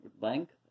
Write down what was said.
length